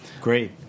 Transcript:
Great